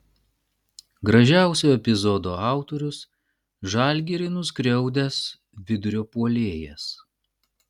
gražiausio epizodo autorius žalgirį nuskriaudęs vidurio puolėjas